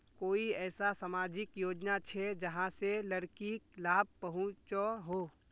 कोई ऐसा सामाजिक योजना छे जाहां से लड़किक लाभ पहुँचो हो?